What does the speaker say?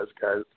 guys